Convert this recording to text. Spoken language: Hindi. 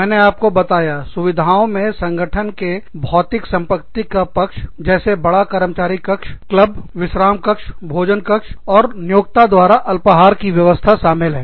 मैंने आपको बताया सुविधाओं में संगठन के संपत्ति का भौतिक पक्ष जैसे बड़ा कर्मचारी कक्ष क्लब विश्राम कक्ष भोजन कक्ष और नियोक्ता द्वारा अल्पाहार की व्यवस्था शामिल है